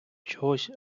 чогось